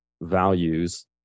values